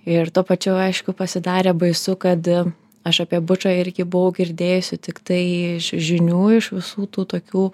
ir tuo pačiu jau aišku pasidarė baisu kad aš apie bučą irgi buvau girdėjusi tiktai iš žinių iš visų tų tokių